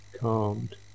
calmed